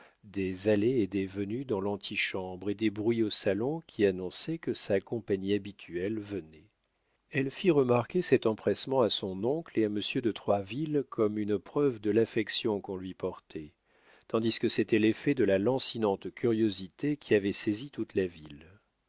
des allées et des venues dans l'antichambre et des bruits au salon qui annonçaient que sa compagnie habituelle venait elle fit remarquer cet empressement à son oncle et à monsieur de troisville comme une preuve de l'affection qu'on lui portait tandis que c'était l'effet de la lancinante curiosité qui avait saisi toute la ville